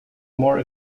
more